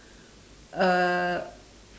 uh